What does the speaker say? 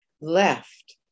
left